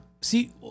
see